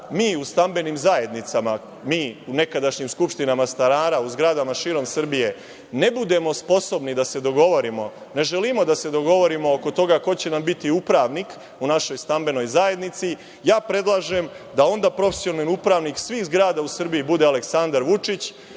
mi u stambenim zajednicama, mi u nekadašnjima skupštinama stanara u zgradama širom Srbije, ne budemo sposobni da se dogovorimo, ne želimo da se dogovorimo oko toga ko će nam biti upravnik u našoj stambenoj zajednici, ja predlažem da onda profesionalni upravnik svih zgrada u Srbiji bude Aleksandar Vučić,